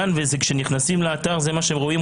כשנכנסים לאתר, זה מה שרואים.